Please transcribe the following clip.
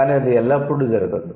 కానీ అది ఎల్లప్పుడూ జరగదు